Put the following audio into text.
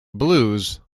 blues